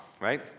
right